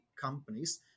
companies